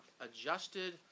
Adjusted